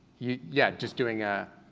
yeah just doing a,